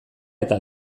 eta